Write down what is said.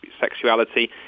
sexuality